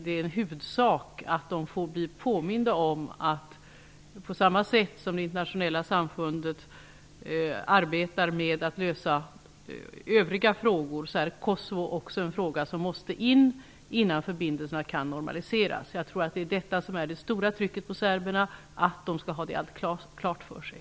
Jag tror att huvudsaken är att serberna blir påminda om att det internationella samfundet arbetar med Kosovofrågan på samma sätt som det arbetar med att lösa övriga frågor. Kosovofrågan måste tas upp innan förbindelserna kan normaliseras. Det stora trycket på serberna är att de skall ha detta klart för sig.